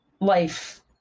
life